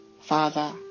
Father